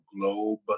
Globe